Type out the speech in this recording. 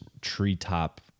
treetop